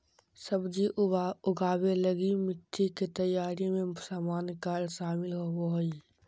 सब्जी उगाबे लगी मिटटी के तैयारी में सामान्य कार्य शामिल होबो हइ